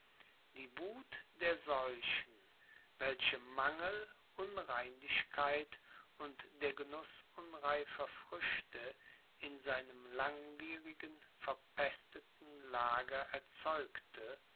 die wuth der seuchen welche mangel unreinlichkeit und der genuß unreifer früchte in seinem langwierigen verpesteten lager erzeugte